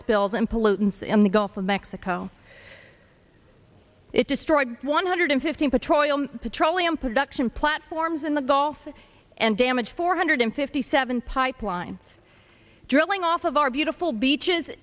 spills and pollutants in the gulf of mexico it destroyed one hundred fifteen petroleum petroleum production platforms in the gulf and damaged four hundred fifty seven pipeline drilling off of our beautiful beaches